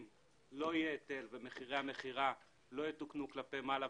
אם לא יהיה היטל ומחירי המכירה לא יתוקנו כלפי מעלה,